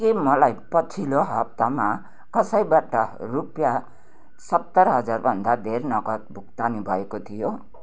के मलाई पछिल्लो हप्तामा कसैबाट रुपियाँ सत्तर हजार भन्दा धेर नगद भुक्तानी भएको थियो